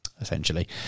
essentially